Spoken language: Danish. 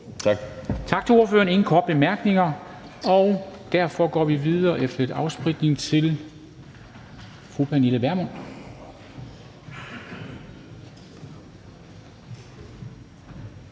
Tak til ordføreren. Der er ingen korte bemærkninger. Og derfor går vi efter lidt afspritning videre til fru Pernille Vermund,